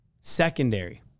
Secondary